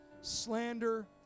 slander